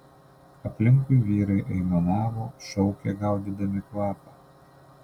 aplinkui vyrai aimanavo šaukė gaudydami kvapą